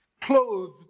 clothed